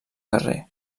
carrer